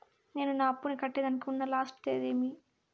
నేను నా అప్పుని కట్టేదానికి ఉన్న లాస్ట్ తేది ఏమి?